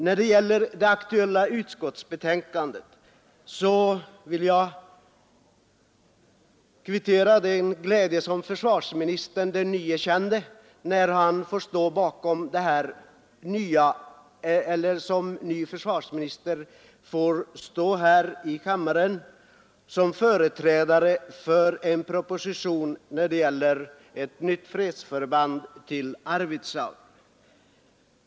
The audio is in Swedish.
När det gäller det nu aktuella utskottsbetänkandet vill jag notera den glädje som den nye försvarsministern känner då han här i kammaren företräder en proposition om ett nytt fredsförband i Arvidsjaur.